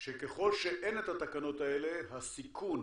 שככל שאין את התקנות האלה הסיכון